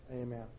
amen